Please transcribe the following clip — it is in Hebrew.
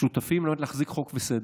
על מנת להחזיק חוק וסדר.